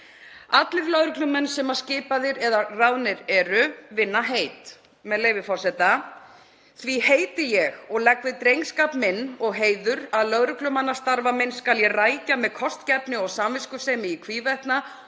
Allir lögreglumenn sem skipaðir eða ráðnir eru vinna heit, með leyfi forseta: „Því heiti ég og legg við drengskap minn og heiður að lögreglumannsstarfa minn skal ég rækja með kostgæfni og samviskusemi í hvívetna og